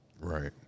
Right